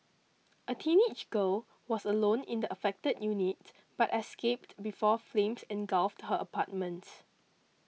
a teenage girl was alone in the affected unit but escaped before flames engulfed her apartment